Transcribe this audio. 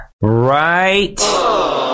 Right